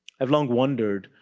i've long wondered,